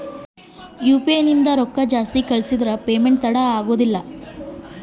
UPI ನಿಂದ ರೊಕ್ಕ ಜಾಸ್ತಿ ಕಳಿಸಿದರೆ ಪೇಮೆಂಟ್ ತಡ ಆಗುತ್ತದೆ ಎನ್ರಿ?